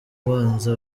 ubaza